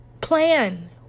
plan